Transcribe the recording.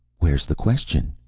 where's the question?